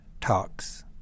talks